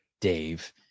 Dave